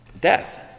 death